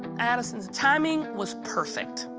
addison's timing was perfect.